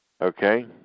Okay